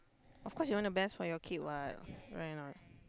of course you want the best for your kids what right or not